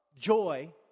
joy